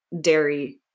dairy